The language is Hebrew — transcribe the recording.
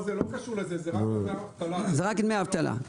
זה רק דמי אבטלה.